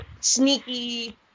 sneaky